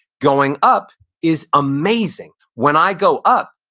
going up is amazing. when i go up,